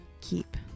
keep